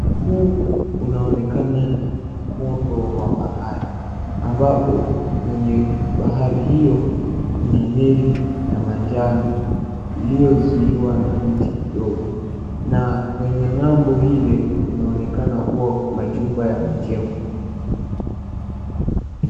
Huu unaonekana ni mkondo wa bahari. Ambapo kwenye bahari hiyo kuna meli ya manjano iliyozuiwa na miti dogo na kwenye nga'mbo ile kunaonekana kuwa majumba yamejengwa.